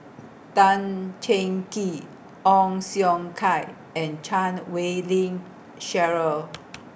Tan Cheng Kee Ong Siong Kai and Chan Wei Ling Cheryl